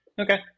Okay